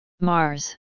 Mars